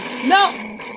no